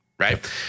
Right